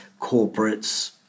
corporates